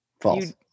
false